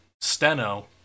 Steno